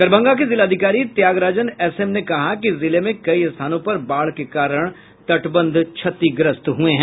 दरभंगा के जिलाधिकारी त्यागराजन एसएम ने कहा कि जिले में कई स्थानों पर बाढ़ के कारण तटबंध क्षतिग्रस्त हुए हैं